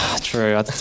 True